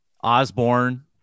Osborne